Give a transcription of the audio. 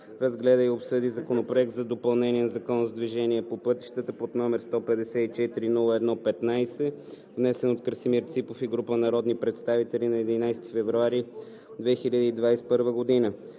разгледа и обсъди Законопроект за допълнение на Закона за движението по пътищата, № 154-01-15, внесен от Красимир Ципов и група народни представители на 11 февруари 2021 г.